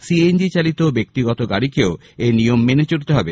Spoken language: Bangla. সিএনজি চালিত ব্যক্তিগত গাড়িকেও এই নিয়ম মেনে চলতে হবে